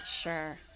Sure